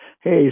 hey